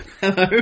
hello